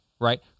right